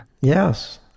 Yes